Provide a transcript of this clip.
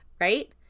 right